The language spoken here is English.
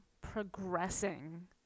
progressing